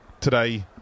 today